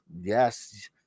yes